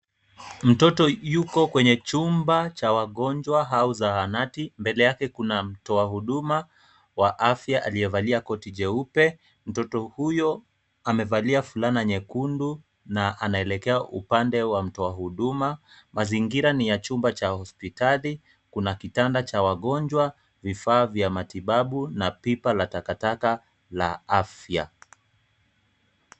Mtoto yuko kwenye chumba cha wagonjwa au zahanati, mbele yake kuna mtoa huduma wa afya aliyevalia koti jeupe. Mtoto huyo amevalia fulana nyekundu na anaelekea upande wa mtoa huduma. Mazingira ni ya chumba cha hospitali, kuna kitanda cha wagonjwa, vifaa vya matibabu na pipa la takataka la afya.